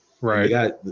Right